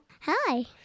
Hi